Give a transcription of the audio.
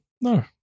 No